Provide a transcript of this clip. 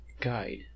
guide